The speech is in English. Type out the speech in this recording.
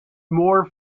more